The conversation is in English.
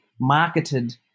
marketed